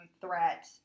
threat